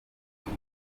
kuko